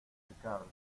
ricardo